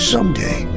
Someday